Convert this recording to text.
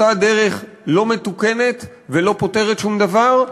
אותה דרך לא מתוקנת ולא פותרת שום דבר,